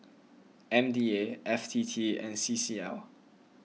M D A F T T and C C L